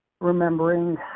remembering